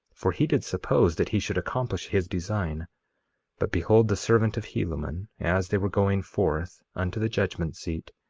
for he did suppose that he should accomplish his design but behold, the servant of helaman, as they were going forth unto the judgment-seat,